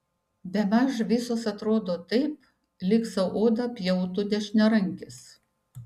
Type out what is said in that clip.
bemaž visos atrodo taip lyg sau odą pjautų dešiniarankis